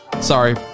Sorry